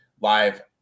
live